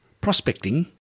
prospecting